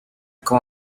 come